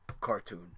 Cartoon